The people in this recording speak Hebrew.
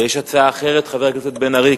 יש הצעה אחרת, חבר הכנסת בן-ארי.